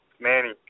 Manny